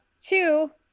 two